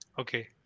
okay